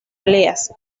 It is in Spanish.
peleas